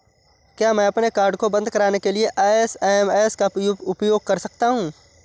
क्या मैं अपने कार्ड को बंद कराने के लिए एस.एम.एस का उपयोग कर सकता हूँ?